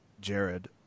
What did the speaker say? Jared